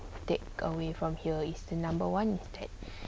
take away from here is the number one